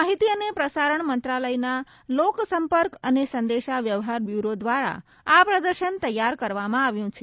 માહિતી અને પ્રસારણ મંત્રાલયના લોકસંપર્ક અને સંદેશા વ્યવહાર બ્યુરો ધ્વારા આ પ્રદર્શન તૈયાર કરવામાં આવ્યું છે